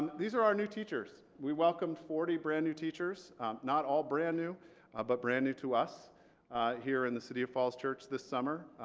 these are our new teachers. we welcomed forty brand new teachers not all brand new ah but brand new to us here in the city of falls church this summer.